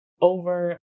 over